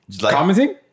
Commenting